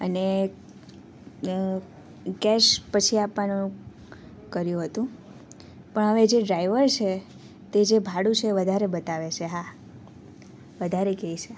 અને કેશ પછી આપવાનું કર્યું હતું પણ હવે જે ડ્રાઈવર છે તે જે ભાડું છે એ વધારે બતાવે છે હા વધારે કહે છે